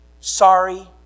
sorry